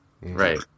Right